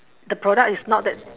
the product is not that